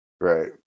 Right